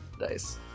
Nice